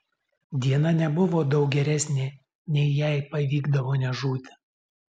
diena nebuvo daug geresnė nei jei pavykdavo nežūti